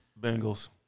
Bengals